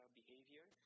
behavior